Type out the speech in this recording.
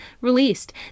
released